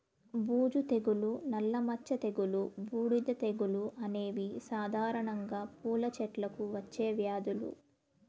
బూజు తెగులు, నల్ల మచ్చ తెగులు, బూడిద తెగులు అనేవి సాధారణంగా పూల చెట్లకు వచ్చే వ్యాధులు